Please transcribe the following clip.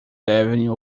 devem